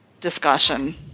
discussion